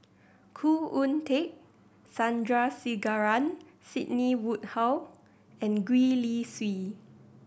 Khoo Oon Teik Sandrasegaran Sidney Woodhull and Gwee Li Sui